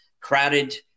crowded